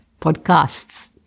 Podcasts